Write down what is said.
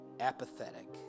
apathetic